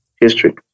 History